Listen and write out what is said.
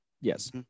Yes